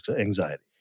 anxiety